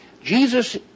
Jesus